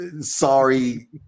sorry